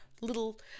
little